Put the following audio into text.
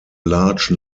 large